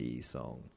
song